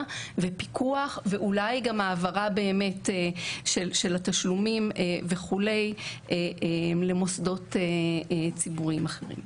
ופיקוח ואולי גם העברה באמת של התשלומים וכולי למוסדות ציבוריים אחרים.